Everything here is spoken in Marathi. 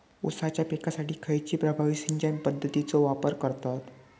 ऊसाच्या पिकासाठी खैयची प्रभावी सिंचन पद्धताचो वापर करतत?